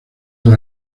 del